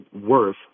worth